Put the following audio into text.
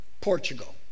Portugal